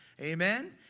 Amen